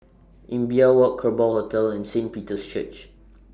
Imbiah Walk Kerbau Hotel and Saint Peter's Church